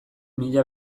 mila